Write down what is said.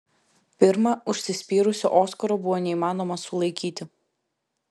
pirma užsispyrusio oskaro buvo neįmanoma sulaikyti